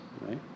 right